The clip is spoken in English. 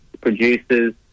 producers